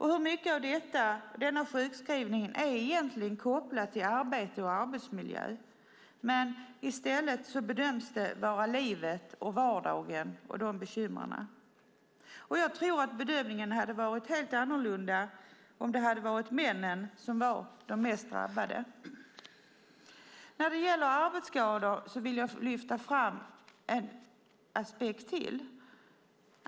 Hur mycket av denna sjukskrivning är egentligen kopplad till arbete och arbetsmiljö? I stället bedöms det vara kopplat till livet och vardagens bekymmer. Jag tror att bedömningen hade varit helt annorlunda om det hade varit männen som varit de mest drabbade. När det gäller arbetsskador vill jag lyfta fram en aspekt till.